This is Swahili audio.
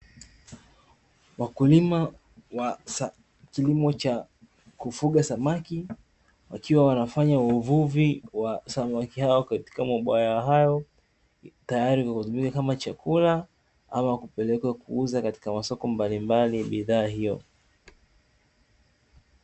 Wakulima wa kilimo cha kufuga samaki wakiwa wanafanya uvuvi wa samaki hao katika mabwawa hayo, tayari kwa kutumia kama chakula ama kupelekwa kuuza katika masoko mbalimbali bidhaa hiyo.